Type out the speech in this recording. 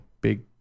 big